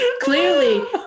clearly